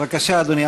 בבקשה, אדוני.